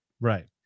right